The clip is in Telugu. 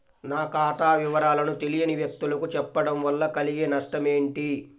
నా ఖాతా వివరాలను తెలియని వ్యక్తులకు చెప్పడం వల్ల కలిగే నష్టమేంటి?